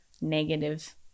negative